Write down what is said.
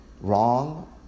wrong